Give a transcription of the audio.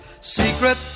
Secret